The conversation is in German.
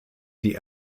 die